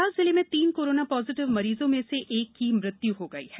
देवास जिले में तीन कोरोना पॉजिटिव मरीजों में से एक की मृत्यु हो गई है